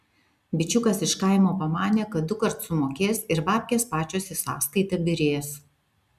bičiukas iš kaimo pamanė kad dukart sumokės ir babkės pačios į sąskaitą byrės